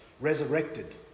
resurrected